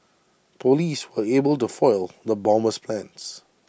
Police were able to foil the bomber's plans